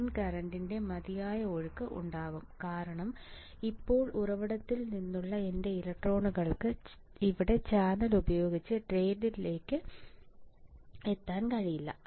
train current ൻറെ മതിയായ ഒഴുക്ക് ഉണ്ടാകും കാരണം ഇപ്പോൾ ഉറവിടത്തിൽ നിന്നുള്ള എന്റെ ഇലക്ട്രോണുകൾക്ക് ഇവിടെ ചാനൽ ഉപയോഗിച്ച് ഡ്രെയിനേജിലേക്ക് എത്താൻ കഴിയില്ല